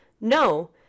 no